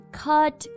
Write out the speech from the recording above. cut